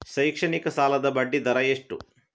ಶೈಕ್ಷಣಿಕ ಸಾಲದ ಬಡ್ಡಿ ದರ ಎಷ್ಟು?